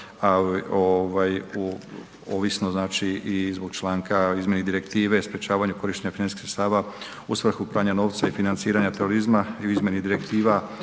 da ovisno i zbog članka, izmjeni Direktive o sprečavanju korištenja financijskih sredstava u svrhu pranja novca i financiranja terorizma i u izmjeni Direktiva